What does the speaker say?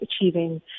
achieving